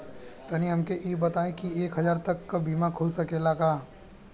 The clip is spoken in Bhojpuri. तनि हमके इ बताईं की एक हजार तक क बीमा खुल सकेला का?